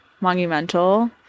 monumental